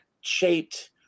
shaped